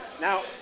Now